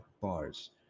bars